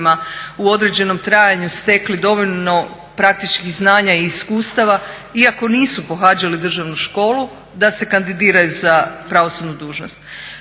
u određenom trajanju stekli dovoljno praktičkih znanja i iskustava iako nisu pohađali državnu školu da se kandidiraju za pravosudnu dužnost.